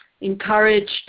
encouraged